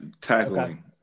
tackling